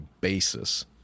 basis